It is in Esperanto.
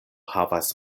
havas